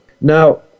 Now